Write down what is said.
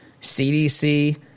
CDC